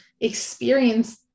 experience